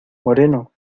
moreno